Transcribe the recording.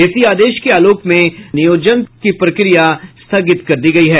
इसी आदेश के आलोक में नियोजन प्रक्रिया स्थगित की गयी है